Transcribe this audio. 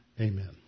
Amen